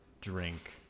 drink